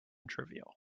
trivial